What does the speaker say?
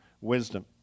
Wisdom